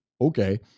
Okay